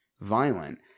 violent